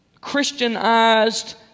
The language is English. Christianized